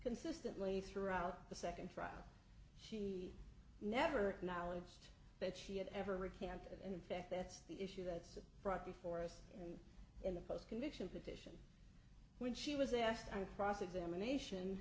consistently throughout the second trial she never knowledge that she had ever recant and in fact that's the issue that's brought before us and in the post conviction put it when she was asked on cross examination